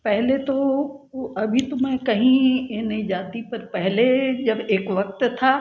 पहले तो वो अभी तो मैं कहीं मैं नहीं जाती पर पहले जब एक वक़्त था